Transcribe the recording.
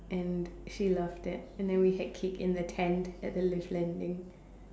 and she loved it and then we had cake in the tent at the lift landing